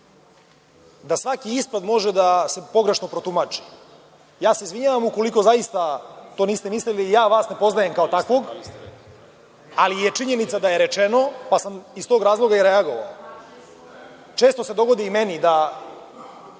da svaki ispad može da se pogrešno protumači. Ja se izvinjavam ukoliko zaista to niste mislili, i ja vas ne poznajem kao takvog. Ali je činjenica da je rečeno, pa sam iz tog razloga i reagovao. Često se dogodi i meni da